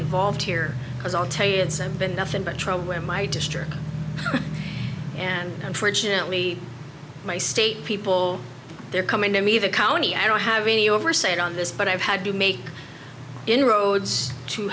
involved here because i'll tell you it's been nothing but trouble in my district and unfortunately my state people they're coming to me the county i don't have any oversight on this but i've had to make inroads to